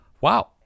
Wow